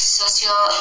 social